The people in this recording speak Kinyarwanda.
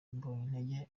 mbonyintege